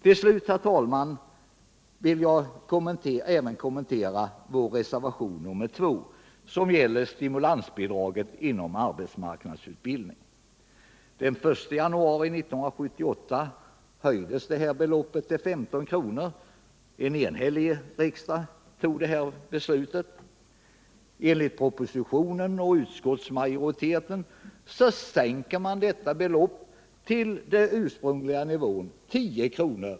Till slut, herr talman, vill jag även kommentera vår reservation nr 2, som gäller stimulansbidraget inom arbeismarknadsutbildningen. Den 1 januari 1978 höjdes beloppet till 15 kr. En enhällig riksdag tog beslutet. Enligt propositionen och utskottsmajoriteten sänker man detta belopp till den ursprungliga nivån på 10 kr.